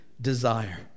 desire